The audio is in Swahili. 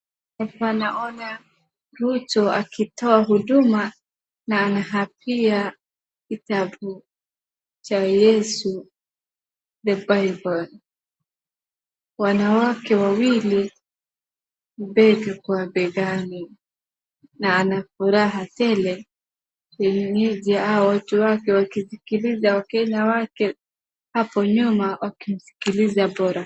Hapa naona Ruto akitoa huduma na anahapia kitabu cha Yesu, The Bible . Wanawake wawili, bega kwa begani. Na ana furaha kwenye hawa watu wake wakimsikiliza, Wakenya wake hapo nyuma wakimsikiliza bora.